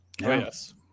Yes